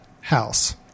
house